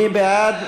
מי בעד?